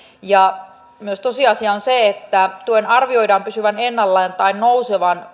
myös tosiasia on se että kuudellakymmenelläneljällä prosentilla nykyisistä tuensaajista tuen arvioidaan pysyvän ennallaan tai nousevan